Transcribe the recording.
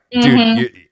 dude